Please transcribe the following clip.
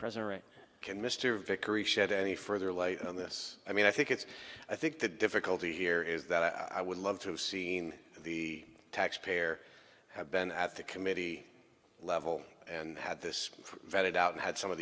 president can mr vickery shed any further light on this i mean i think it's i think the difficulty here is that i would love to have seen the taxpayer have been at the committee level and had this vetted out and had some of